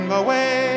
away